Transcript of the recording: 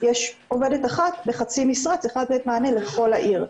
יש עובדת אחת בחצי משרה שצריכה לתת מענה לכל העיר.